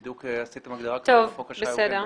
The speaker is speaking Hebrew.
בדיוק עשיתם הגדרה כזאת בחוק אשראי הוגן,